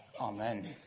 Amen